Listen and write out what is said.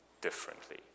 differently